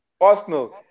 Arsenal